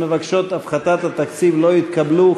בדבר הפחתת תקציב לא נתקבלו.